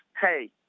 Hey